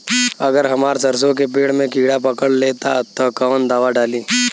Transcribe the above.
अगर हमार सरसो के पेड़ में किड़ा पकड़ ले ता तऽ कवन दावा डालि?